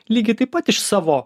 lygiai taip pat iš savo